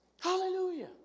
Hallelujah